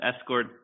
escort